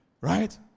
Right